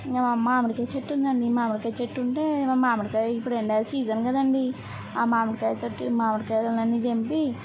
ఇంక మామిడికాయ చెట్టుందండీ మామిడికాయ చెట్టుంటే మామిడికాయ ఇప్పుడు ఎండా సీసన్ కాదండీ ఆ మామిడికాయ తోటి మామిడికాయలన్ని తెంపి